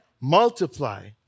multiply